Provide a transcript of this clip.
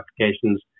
applications